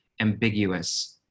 ambiguous